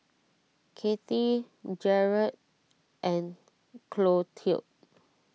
Kathy Gerald and Clotilde